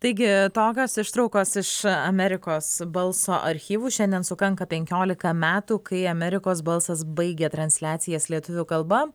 taigi tokios ištraukos iš amerikos balso archyvų šiandien sukanka penkiolika metų kai amerikos balsas baigė transliacijas lietuvių kalba